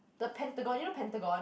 the Pentagon you know Pentagon